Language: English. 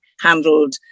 handled